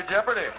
Jeopardy